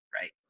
right